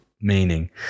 meaning